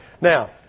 Now